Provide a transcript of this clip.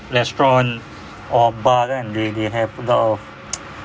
restaurant or bar kan they they have a lot of